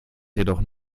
jedoch